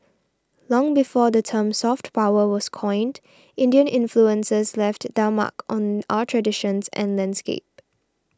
long before the term soft power was coined Indian influences left their mark on our traditions and landscape